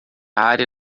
área